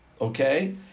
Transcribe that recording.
okay